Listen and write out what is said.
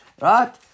Right